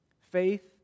faith